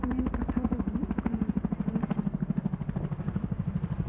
ᱢᱮᱱ ᱠᱟᱛᱷᱟ ᱫᱚ ᱦᱩᱭᱩᱜ ᱠᱟᱱᱟ ᱞᱟᱹᱭ ᱪᱟᱞ ᱠᱟᱛᱷᱟ ᱟᱨᱮᱡ ᱪᱟᱞ ᱫᱟᱜ